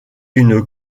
une